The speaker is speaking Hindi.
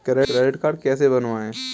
क्रेडिट कार्ड कैसे बनवाएँ?